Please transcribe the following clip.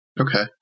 Okay